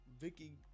Vicky